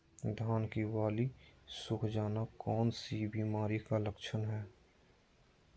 धान की बाली सुख जाना कौन सी बीमारी का लक्षण है?